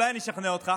אולי אני אשכנע אותך,